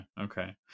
Okay